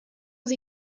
sie